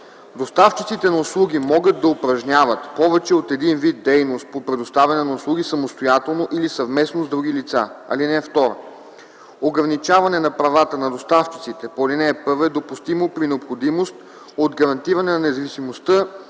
Доставчиците на услуги могат да упражняват повече от един вид дейност по предоставяне на услуги самостоятелно или съвместно с други лица. (2) Ограничаване на правата на доставчиците по ал. 1 е допустимо при необходимост от гарантиране на независимостта